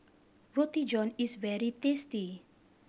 Roti John is very tasty